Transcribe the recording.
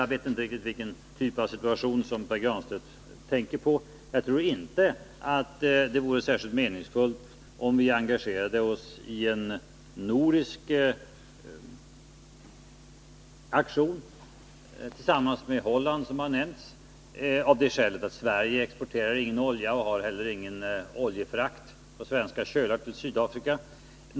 Jag vet inte riktigt vilken typ av situation Pär Granstedt tänker på, men jag tror inte att det vore särskilt meningsfullt att vi engagerade oss i en nordisk aktion tillsammans med Holland, som här har nämnts. Jag gör det av det skälet att Sverige inte exporterar någon olja och att vi inte heller har någon oljefrakt på svenska kölar till Sydafrika.